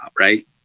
right